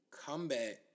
Comeback